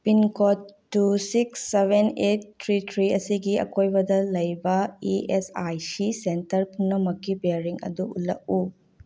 pin code two six seven eight three three ꯑꯁꯤꯒꯤ ꯑꯀꯣꯏꯕꯗ ꯂꯩꯕ E S I C centre ꯄꯨꯝꯅꯃꯛꯀꯤ ꯄꯦꯌꯥꯔꯤꯡ ꯑꯗꯨ ꯎꯠꯂꯛꯎ